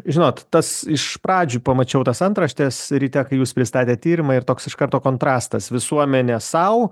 žinot tas iš pradžių pamačiau tas antraštes ryte kai jūs pristatėt tyrimą ir toks iš karto kontrastas visuomenė sau